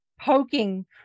poking